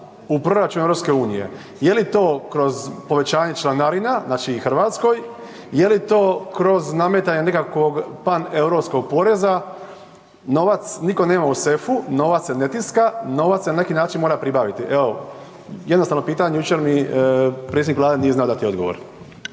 u proračun EU? Je li to kroz povećanje članarina, znači i RH, je li to kroz nametanje nekakvog paneuropskog poreza, novac niko nema u sefu, novac se ne tiska, novac se na neki način mora pribaviti? Evo, jednostavno pitanje, jučer mi predsjednik vlade nije znao dati odgovor.